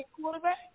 quarterback